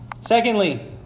Secondly